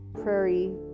prairie